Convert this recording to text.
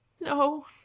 No